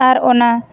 ᱟᱨ ᱚᱱᱟ